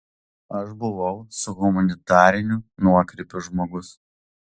aš buvau su humanitariniu nuokrypiu žmogus